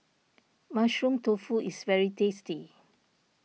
Mushroom Tofu is very tasty